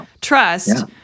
trust